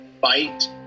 fight